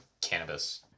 cannabis